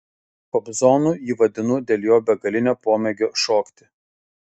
kobzonu jį vadinu dėl jo begalinio pomėgio šokti